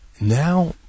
Now